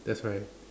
that's right